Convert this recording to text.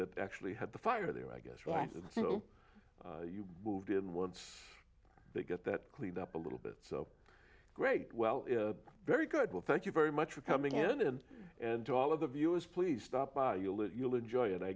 that actually had the fire there i guess right so you moved in once they get that cleaned up a little bit so great well very good well thank you very much for coming in and and to all of the viewers please stop by you'll that you'll enjoy